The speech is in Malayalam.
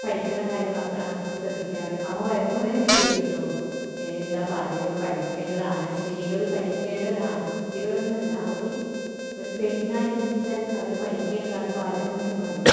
പഠിക്കുന്ന കാര്യം മാത്രമാണ് അപ്പം ശ്രദ്ധിക്കാറ് അമ്മ വയ്ക്കെന്ന് പറയുകയൊക്കെ ചെയ്യും കെട്ടോ എന്താ പാചകം പഠിക്കേണ്ടതാണ് സ്ത്രീകള് പഠിക്കേണ്ടതാണ് കുട്ടികൾ എന്നല്ല ഒരു ഒരു പെണ്ണായി ജനിച്ചാൽ അവര് പഠിക്കേണ്ടതാണ് പാചകം എന്നൊക്കെ പറയും